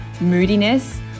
moodiness